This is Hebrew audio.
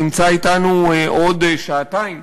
נמצא אתנו עוד שעתיים,